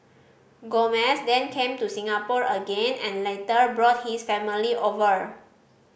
Gomez then came to Singapore again and later brought his family over